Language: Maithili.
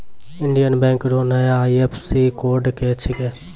इंडियन बैंक रो नया आई.एफ.एस.सी कोड की छिकै